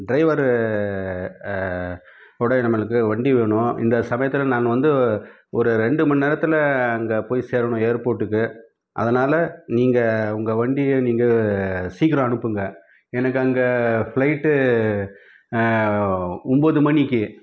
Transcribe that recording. driver today நம்மளுக்கு வண்டி வேணும் இந்த சமயத்தில் நான் வந்து ஒரு ரெண்டு மணிநேரத்துல அங்கே போய் சேரணும் ஏர்போட்டுக்கு அதனாலே நீங்கள் உங்கள் வண்டியை நீங்கள் சீக்கிரம் அனுப்புங்கள் எனக்கு அங்கே ஃபிளைட்டு ஒன்போது மணிக்கு